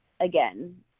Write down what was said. Again